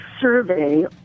survey